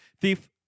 Thief